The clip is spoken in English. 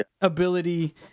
ability